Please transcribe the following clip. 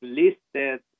listed